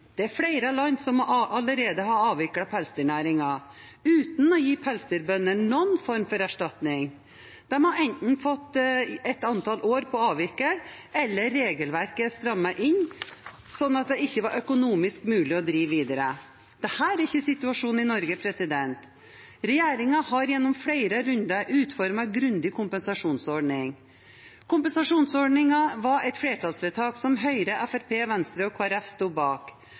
Det er flere land som allerede har avviklet pelsdyrnæringen uten å gi pelsdyrbøndene noen form for erstatning. De har enten fått et antall år på å avvikle, eller så er regelverket strammet inn slik at det ikke var økonomisk mulig å drive videre. Dette er ikke situasjonen i Norge. Regjeringen har gjennom flere runder utformet en grundig kompensasjonsordning. Kompensasjonsordningen var et flertallsvedtak som Høyre, Fremskrittspartiet, Venstre og Kristelig Folkeparti sto bak.